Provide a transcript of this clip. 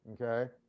okay